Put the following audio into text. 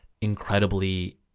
incredibly